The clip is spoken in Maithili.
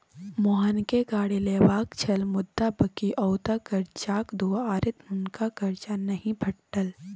मोहनकेँ गाड़ी लेबाक छल मुदा बकिऔता करजाक दुआरे हुनका करजा नहि भेटल